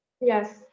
Yes